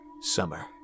Summer